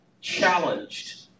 challenged